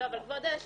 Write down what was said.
אבל כבוד היושבת-ראש,